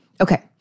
Okay